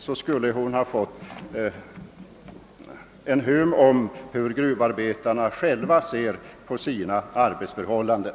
Då skulle hon ha fått en aning om hur gruvarbetarna själva ser på sina arbetsförhållanden.